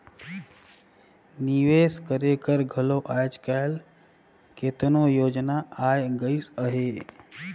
निवेस करे कर घलो आएज काएल केतनो योजना आए गइस अहे